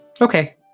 Okay